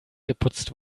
geputzt